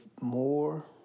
more